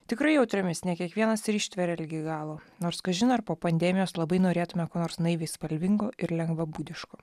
tikrai jautriomis ne kiekvienas ir ištveria ligi galo nors kažin ar po pandemijos labai norėtume ko nors naiviai spalvingo ir lengvabūdiško